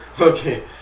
Okay